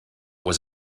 was